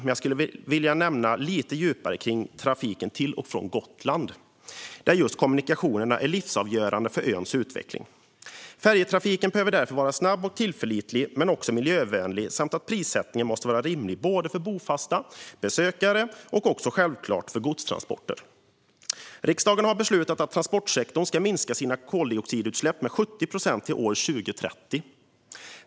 Men jag skulle vilja gå in lite djupare på trafiken till och från Gotland där just kommunikationerna är livsavgörande för öns utveckling. Färjetrafiken behöver därför vara snabb och tillförlitlig men också miljövänlig, och prissättningen måste vara rimlig för bofasta och besökare men självklart också för godstransporter. Riksdagen har beslutat att transportsektorn ska minska sina koldioxidutsläpp med 70 procent till 2030.